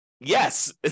yes